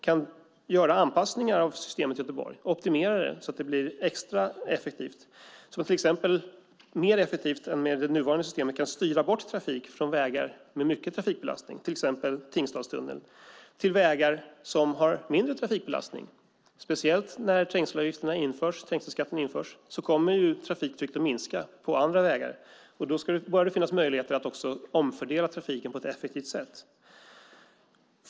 Då kan anpassningar göras av systemet i Göteborg och optimeras för att göra det extra effektivt, så att det exempelvis blir mer effektivt än med det nuvarande systemet att styra bort trafik från vägar med mycket trafikbelastning, till exempel Tingstadstunneln, till vägar som har mindre trafikbelastning. När trängselskatten införs kommer trafiktrycket att minska på andra vägar. Då bör det finnas möjligheter att omfördela trafiken på ett effektivt sätt.